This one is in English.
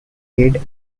aid